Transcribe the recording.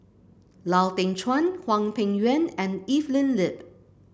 Lau Teng Chuan Hwang Peng Yuan and Evelyn Lip